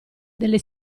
delle